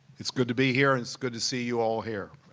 it's good to be here it's good to see you all here.